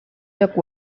lloc